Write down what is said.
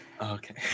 okay